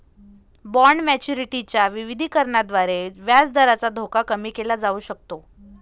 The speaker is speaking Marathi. बॉण्ड मॅच्युरिटी च्या विविधीकरणाद्वारे व्याजदराचा धोका कमी केला जाऊ शकतो